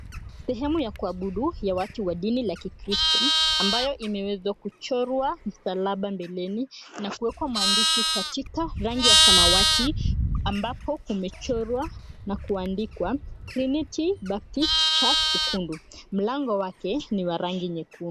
Sehemu ya kuabudu ya watu wa dini la kikristo ambayo imewezwa kuchorwa msalaba mbeleni na kuwekwa maandishi katika rangi ya samawati ambapo kumechorwa na kuandikwa TRINITY BAPTIST CHURCH UKUNDA. Mlango wake ni wa rangi nyekundu.